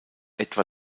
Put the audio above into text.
etwa